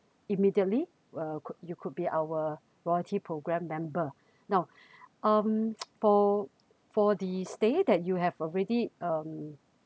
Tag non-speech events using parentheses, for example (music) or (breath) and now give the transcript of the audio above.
immediately uh could you could be our loyalty program member now (breath) um (noise) for for the stay that you have already um